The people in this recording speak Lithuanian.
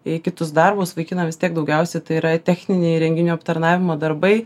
į kitus darbus vaikinam vis tiek daugiausia tai yra techniniai įrenginių aptarnavimo darbai